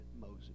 Moses